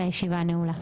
הישיבה נעולה.